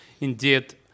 Indeed